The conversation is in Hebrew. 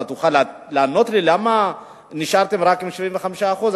תוכל לענות לי למה נשארתם רק עם 75%?